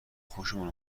خوشمون